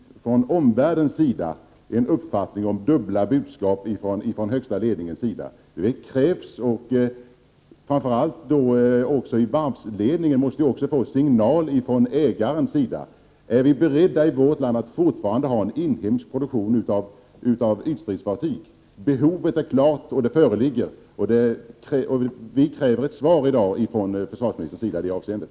Omvärlden får då dubbla budskap från högsta ledningen. Framför allt varvsledningen måste få signaler från ägaren: Är vi i vårt land fortfarande beredda att ha en inhemsk produktion av ytstridsfartyg? Det är klart att behovet föreligger, och vi kräver i dag ett svar från försvarsministern i det avseendet.